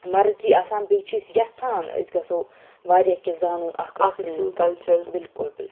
مَرضِی آسان بیٚیہِ چھِ أسۍ یَژھان أسۍ گَژھو واریاہ کینٛہہ زانُن اَکھ أکۍ سُنٛد کَلچَر بِلکُل بِلکُل